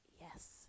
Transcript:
yes